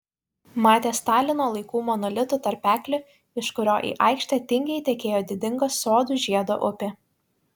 matė stalino laikų monolitų tarpeklį iš kurio į aikštę tingiai tekėjo didinga sodų žiedo upė